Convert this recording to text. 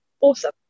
Awesome